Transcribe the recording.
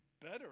better